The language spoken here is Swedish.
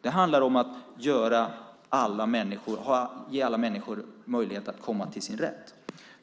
Det handlar om att ge alla människor möjlighet att komma till sin rätt.